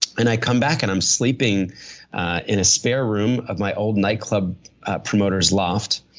and i come back and i'm sleeping in a spare room of my old night club promoters loft.